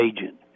agent